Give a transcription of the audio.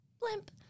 blimp